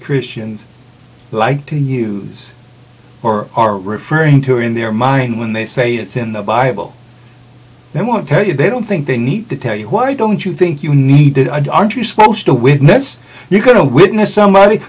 christians like to use or are referring to in their mind when they say it's in the bible i want to tell you they don't think they need to tell you why don't you think you need it and aren't you supposed to with nets you're going to witness somebody